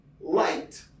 light